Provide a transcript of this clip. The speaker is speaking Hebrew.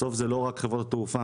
בסוף זה לא רק חברות התעופה,